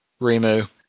Remu